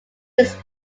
was